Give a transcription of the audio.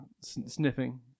sniffing